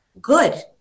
good